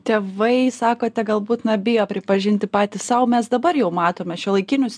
tėvai sakote galbūt na bijo pripažinti patys sau mes dabar jau matome šiuolaikinius